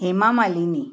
Hema Malini